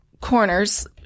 corners